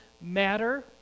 matter